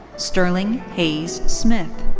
sterling hays smith.